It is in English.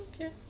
Okay